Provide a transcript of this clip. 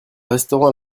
restaurant